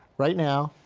right now,